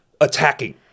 attacking